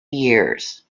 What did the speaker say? years